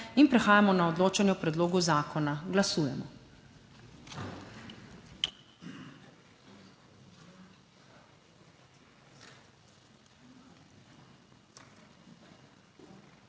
Prehajamo na odločanje o predlogu zakona. Glasujemo.